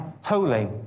holy